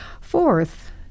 Fourth